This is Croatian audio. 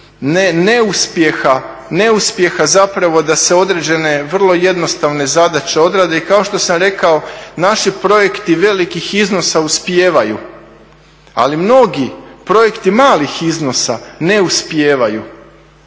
neuspjeha zapravo da se određene vrlo jednostavne zadaće odrade i kao što sam rekao, naši projekti velikih iznosa uspijevaju, ali mnogi projekti malih iznosa ne uspijevaju.